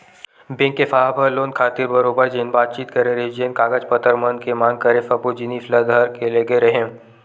bank के साहेब ह लोन खातिर बरोबर जेन बातचीत करे रिहिस हे जेन कागज पतर मन के मांग करे सब्बो जिनिस ल धर के लेगे रेहेंव